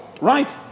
Right